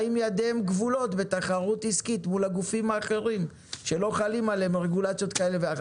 לעומת גופים אחרים שלא חלים עליהם הרגולציות.